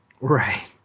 Right